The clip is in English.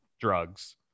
drugs